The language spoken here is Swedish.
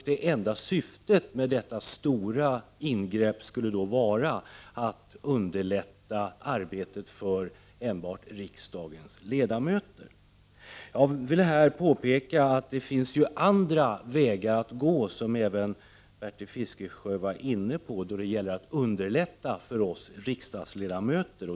Det enda syftet med detta stora ingrepp skulle vara att underlätta arbetet för riksdagens ledamöter. Jag vill påpeka att det finns andra vägar att gå, vilket även Bertil Fiskesjö var inne på, när det gäller att underlätta för oss riksdagsledamöter.